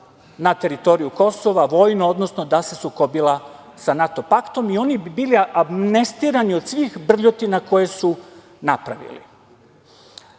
na teritoriju Kosova vojno, odnosno da se sukobila sa NATO paktom i oni bi bili amnestirani od svih brljotina koje su napravili. Ono